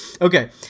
Okay